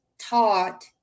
taught